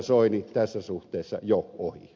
soini tässä suhteessa jo ohi